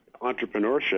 entrepreneurship